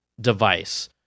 device